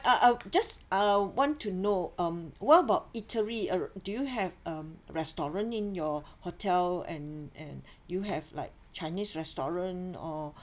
uh uh just uh want to know um what about eatery uh do you have um restaurant in your hotel and and you have like chinese restaurant or